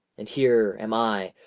and here am i,